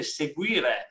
seguire